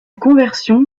conversion